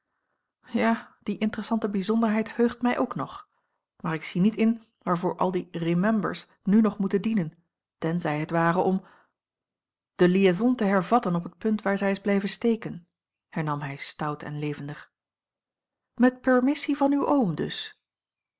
ja die interessante bijzonderheid heugt mij ook nog maar ik zie niet in waarvoor al die remembers nu nog moeten dienen tenzij het ware om de liaison te hervatten op het punt waar zij is blijven steken hernam hij stout en levendig met permissie van uw oom dus